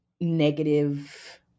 negative